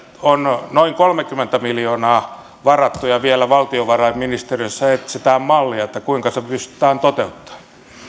on noin kolmekymmentä miljoonaa varattu ja valtiovarainministeriössä etsitään vielä mallia kuinka se pystytään toteuttamaan